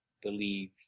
believe